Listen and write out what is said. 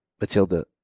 Matilda